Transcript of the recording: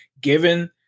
given –